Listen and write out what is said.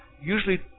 usually